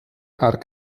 hark